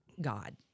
God